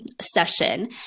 session